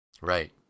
Right